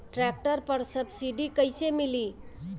Tractor पर subsidy कैसे मिली?